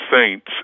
saints